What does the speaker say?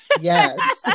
yes